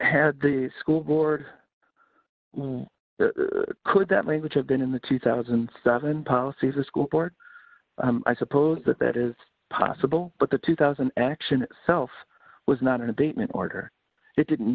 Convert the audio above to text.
have the school board could that language have been in the two thousand and seven policies or school board i suppose that that is possible but the two thousand action itself was not an abatement order it didn't